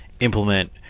implement